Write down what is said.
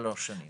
שלוש שנים.